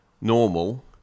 normal